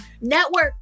network